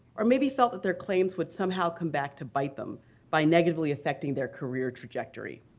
or maybe felt that their claims would somehow come back to bite them by negatively affecting their career trajectory.